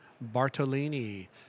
Bartolini